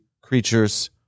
creatures